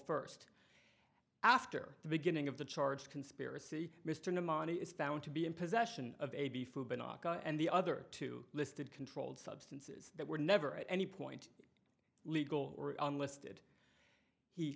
first after the beginning of the charge conspiracy mr newman is found to be in possession of a beef and the other two listed controlled substances that were never at any point legal or unlisted he